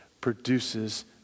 produces